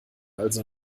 also